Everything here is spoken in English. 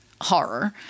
Horror